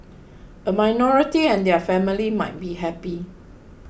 a minority and their family might be happy